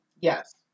Yes